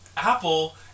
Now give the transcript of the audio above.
Apple